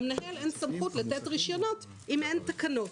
למנהל אין סמכות לתת רישיונות אם אין תקנות,